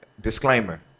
disclaimer